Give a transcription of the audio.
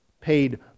paid